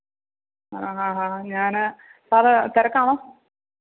ആ അ അ ഞാന് സാറ് തിരക്കാണോ